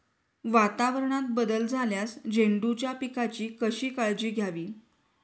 वातावरणात बदल झाल्यास झेंडूच्या पिकाची कशी काळजी घ्यावी?